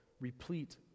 replete